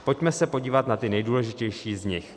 Pojďme se podívat na ty nejdůležitější z nich: